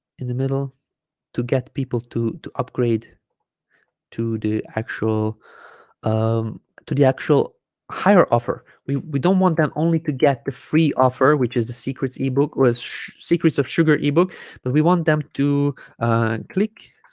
in the middle to get people to to upgrade to the actual um to the actual higher offer we we don't want them only to get the free offer which is the secrets ebook or secrets of sugar ebook but we want them to click